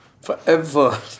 forever